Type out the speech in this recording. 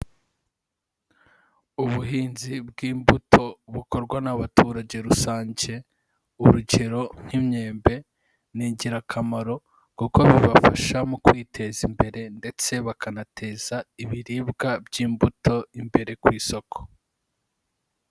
Ubuhinzi bw'imbuto bukorwa n'abaturage rusange, urugero nk'imyembe ni ingirakamaro kuko bibafasha mu kwiteza imbere ndetse bakanateza ibiribwa by'imbuto imbere ku isoko.